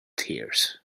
tears